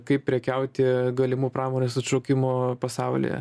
kaip prekiauti galimu pramonės atšaukimu pasaulyje